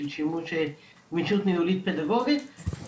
גמישות ניהולית פדגוגית,